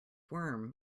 worm